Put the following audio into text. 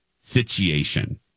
situation